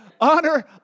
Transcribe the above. honor